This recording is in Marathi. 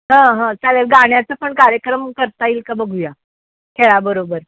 हं हं चालेल गाण्याचा पण कार्यक्रम करता येईल का बघूया खेळाबरोबर